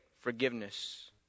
forgiveness